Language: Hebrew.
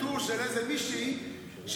טור של איזה מישהי שכאילו,